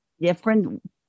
different